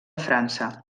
frança